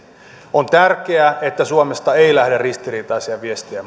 on tärkeää että suomesta ei lähde ristiriitaisia viestejä